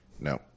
No